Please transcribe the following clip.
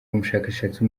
umushakashatsi